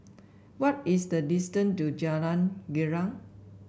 what is the distance to Jalan Girang